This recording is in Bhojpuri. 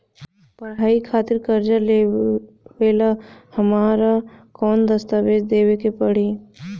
पढ़ाई खातिर कर्जा लेवेला हमरा कौन दस्तावेज़ देवे के पड़ी?